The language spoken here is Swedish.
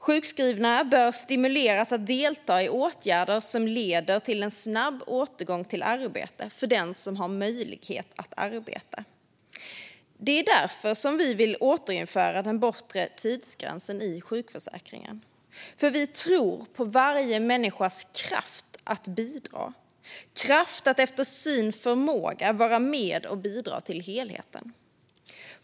Sjukskrivna bör stimuleras att delta i åtgärder som leder till en snabb återgång i arbete för den som har möjlighet att arbeta. Det är därför vi vill återinföra den bortre tidsgränsen i sjukförsäkringen. Vi tror nämligen på varje människas kraft att bidra - på kraften att efter sin förmåga vara med och bidra till helheten.